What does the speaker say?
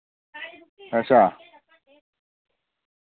अच्छा